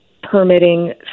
permitting